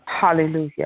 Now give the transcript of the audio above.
Hallelujah